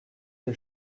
des